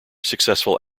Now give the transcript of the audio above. successful